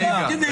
גם פקידים.